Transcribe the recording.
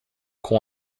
com